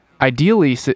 ideally